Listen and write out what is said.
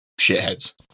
shitheads